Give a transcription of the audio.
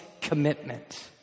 commitment